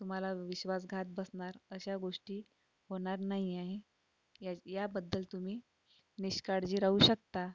तुम्हाला विश्वासघात बसणार अशा गोष्टी होणार नाही आहे याबद्दल तुम्ही निष्काळजी राहू शकता